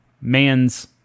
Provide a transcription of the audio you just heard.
man's